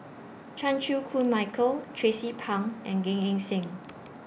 Chan Chew Koon Michael Tracie Pang and Gan Eng Seng